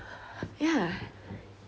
ya